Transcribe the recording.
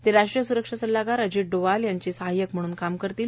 ते राष्ट्रीय स्रक्षा सल्लागार अजित डोवाल यांचे सहाय्यक म्हणून काम करतील